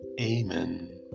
Amen